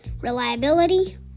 Reliability